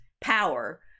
power